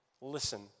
listen